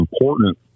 important